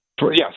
Yes